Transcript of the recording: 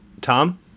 Tom